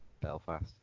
Belfast